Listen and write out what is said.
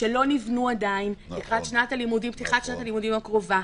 שלא נבנו עדיין לקראת פתיחת שנת הלימודים הקרובה,